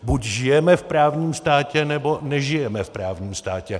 Buď žijeme v právním státě, nebo nežijeme v právním státě.